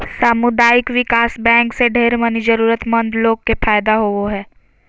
सामुदायिक विकास बैंक से ढेर मनी जरूरतमन्द लोग के फायदा होवो हय